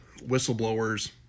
whistleblowers